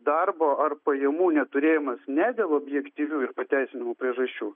darbo ar pajamų neturėjimas ne dėl objektyvių ir pateisinamų priežasčių